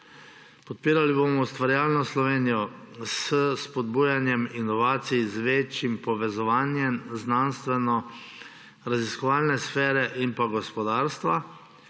Podpirali bomo ustvarjalno Slovenijo s spodbujanjem inovacij z večjim povezovanjem znanstvenoraziskovalne sfere in gospodarstva